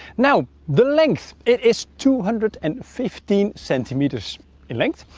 now, the length. it is two hundred and fifteen centimeters in length,